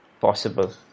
possible